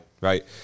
right